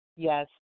Yes